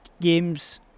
games